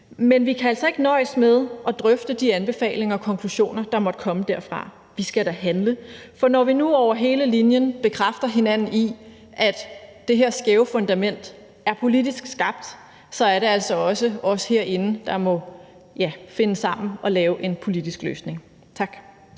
Men vi kan altså ikke nøjes med at drøfte de anbefalinger og konklusioner, der måtte komme derfra, for vi skal da handle. For når vi nu over hele linjen bekræfter hinanden i, at det her skæve fundament er politisk skabt, er det altså også os herinde, der må finde sammen og lave en politisk løsning. Tak.